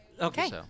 Okay